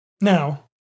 Now